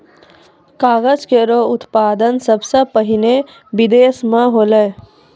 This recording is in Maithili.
कागज केरो उत्पादन सबसें पहिने बिदेस म होलै